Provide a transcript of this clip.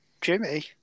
Jimmy